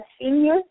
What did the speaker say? senior